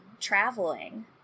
traveling